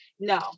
No